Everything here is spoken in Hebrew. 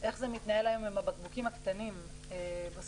איך זה מתנהל היום עם הבקבוקים הקטנים בסופרים,